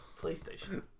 PlayStation